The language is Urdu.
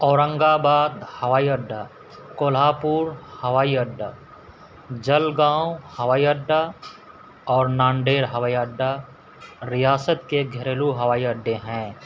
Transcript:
اورنگ آباد ہوائی اڈہ کولہاپور ہوائی اڈہ جلگاؤں ہوائی اڈہ اور ناندیڑ ہوائی اڈہ ریاست کے گھریلو ہوائی اڈے ہیں